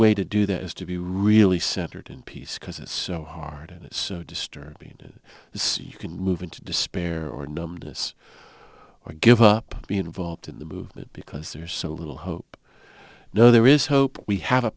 way to do that is to be really centered in peace because it's so hard and it's so disturbing to see you can move into despair or numbness or give up being involved in the movement because there's so little hope though there is hope we have a